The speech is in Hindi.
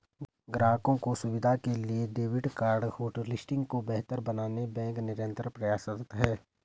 ग्राहकों की सुविधा के लिए डेबिट कार्ड होटलिस्टिंग को बेहतर बनाने बैंक निरंतर प्रयासरत है